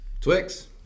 Twix